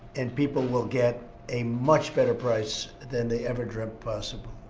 and people will get a much better price than they ever dreamt possible.